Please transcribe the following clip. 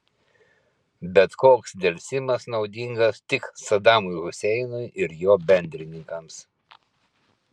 bet koks delsimas naudingas tik sadamui huseinui ir jo bendrininkams